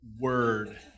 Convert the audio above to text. word